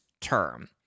term